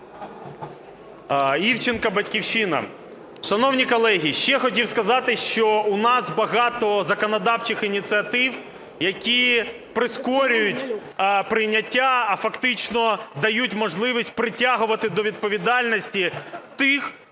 Івченко, "Батьківщина". Шановні колеги, ще хотів сказати, що у нас багато законодавчих ініціатив, які прискорюють прийняття, а фактично дають можливість притягувати до відповідальності тих,